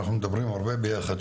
אנחנו מדברים הרבה ביחד,